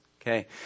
Okay